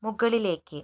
മുകളിലേക്ക്